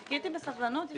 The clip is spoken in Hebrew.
חיכיתי בסבלנות.